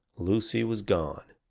lucy was gone.